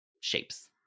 shapes